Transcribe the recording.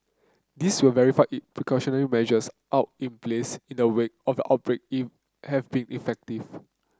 this will verify if precautionary measures out in place in the wake of the outbreak in have been effective